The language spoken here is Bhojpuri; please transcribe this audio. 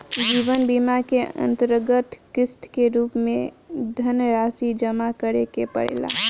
जीवन बीमा के अंतरगत किस्त के रूप में धनरासि जमा करे के पड़ेला